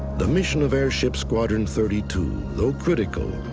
the mission of airship squadron thirty two, though critical,